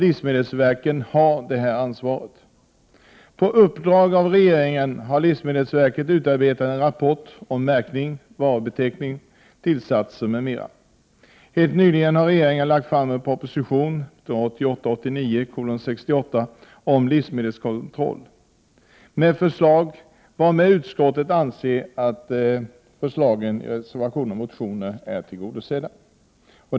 Livsmedelsverket har detta ansvar, och på uppdrag av regeringen har verket utarbetat en rapport om märkning, varubeteckning, tillsatser m.m. Helt nyligen har regeringen lagt fram propositionen 1988/89:68 om livsmedelskontroll med förslag, varmed utskottet anser att kravet i reservationen är tillgodosett.